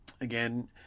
again